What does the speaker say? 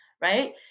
right